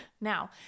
Now